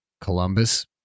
Columbus